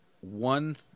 one